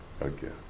again